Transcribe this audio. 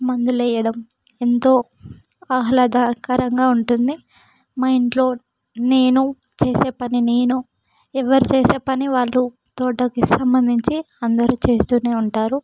మందులు వేయడం ఎంతో ఆహ్లాదకరంగా ఉంటుంది మా ఇంట్లో నేను చేసే పని నేను ఎవరు చేసే పని వాళ్ళు తోటకి సంబంధించి అందరూ చేస్తూనే ఉంటారు